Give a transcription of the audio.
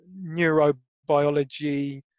neurobiology